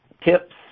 tips